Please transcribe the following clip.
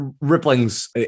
Rippling's